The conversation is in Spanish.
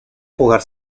jugar